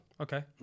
Okay